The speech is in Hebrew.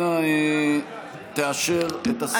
אנא תאשר את הסיכום.